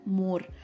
more